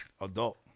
adult